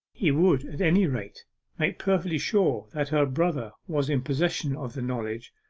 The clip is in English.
he would at any rate make perfectly sure that her brother was in possession of the knowledge,